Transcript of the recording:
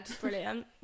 brilliant